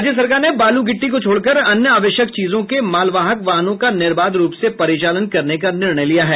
राज्य सरकार ने बालू गिट्टी को छोड़कर अन्य आवश्यक चीजों के मालवाहक वाहनों का निर्बाध रूप से परिचालन करने का निर्णय लिया है